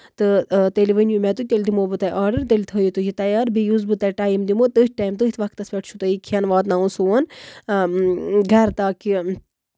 تہٕ تیٚلہِ ؤنِو مےٚ تہٕ تیٚلہِ دِمو بہٕ تۄہہِ آڈر تیٚلہِ تھٲیِو تُہۍ یہِ تَیار بیٚیہِ یُس بہٕ تۄہہِ ٹایم دِمو تٔتھۍ ٹایمَس تٔتھۍ وقتَس پٮ۪ٹھ چھُو تۄہہِ یہِ کھٮ۪ن واتناوُن سون گر تاکہِ